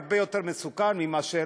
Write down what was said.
הרבה יותר מסוכן מאשר,